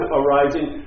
arising